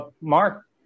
Mark